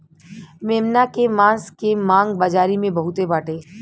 मेमना के मांस के मांग बाजारी में बहुते बाटे